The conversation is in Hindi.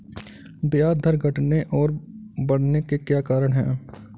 ब्याज दर के घटने और बढ़ने के क्या कारण हैं?